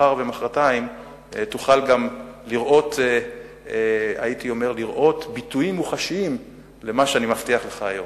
מחר ומחרתיים תוכל גם לראות ביטויים מוחשיים למה שאני מבטיח לך היום.